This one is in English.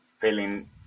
feeling